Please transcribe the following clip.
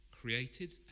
created